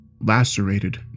lacerated